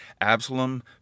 Absalom